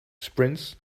sprints